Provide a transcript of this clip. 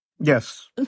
Yes